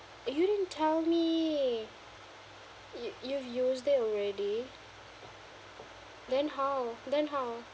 uh you didn't tell me you you've used it already then how then how